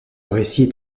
récit